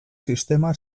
sistema